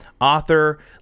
author